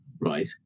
right